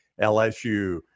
LSU